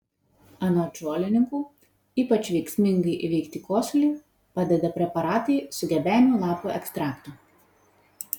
anot žolininkų ypač veiksmingai įveikti kosulį padeda preparatai su gebenių lapų ekstraktu